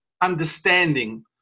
understanding